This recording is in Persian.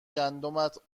گندمت